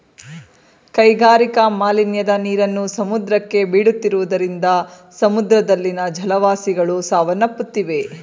ಕೈಗಾರಿಕಾ ಮಾಲಿನ್ಯದ ನೀರನ್ನು ಸಮುದ್ರಕ್ಕೆ ಬೀಳುತ್ತಿರುವುದರಿಂದ ಸಮುದ್ರದಲ್ಲಿನ ಜಲವಾಸಿಗಳು ಸಾವನ್ನಪ್ಪುತ್ತಿವೆ